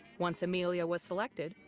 once amelia was selected,